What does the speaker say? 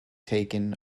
taken